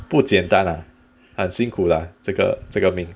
不简单啊很辛苦啦这个这个命